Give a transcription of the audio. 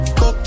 go